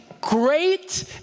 great